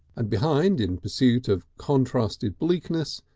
and behind, in pursuit of contrasted bleakness,